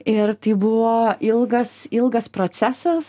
ir tai buvo ilgas ilgas procesas